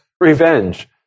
revenge